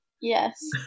Yes